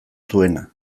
zuena